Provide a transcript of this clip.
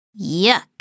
Yuck